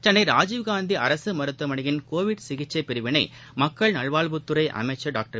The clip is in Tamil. சென்னை ராஜீவ்காந்தி அரசு மருத்துவமனையின் கோவிட் சிகிச்சை பிரிவினை மக்கள் நல்வாழ்வுத்துறை அமைச்சர் டாக்டர்